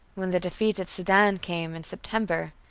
when the defeat at sedan came, in september,